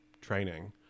training